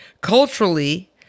culturally